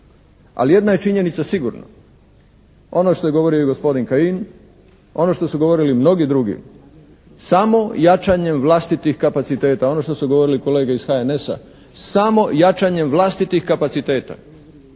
Ali jedna je činjenica sigurno, ono što je govorio i gospodin Kajin, ono što su govorili i mnogi drugi. Samo jačanjem vlastitih kapaciteta, ono što su govorili kolege iz HNS-a. Samo jačanjem vlastitih kapaciteta